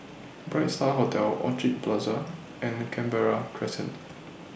Bright STAR Hotel Orchid Plaza and Canberra Crescent